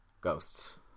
Ghosts